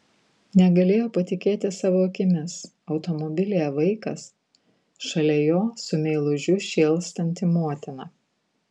negalėjo patikėti savo akimis automobilyje vaikas šalia jo su meilužiu šėlstanti motina